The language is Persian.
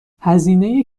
هزینه